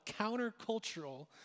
countercultural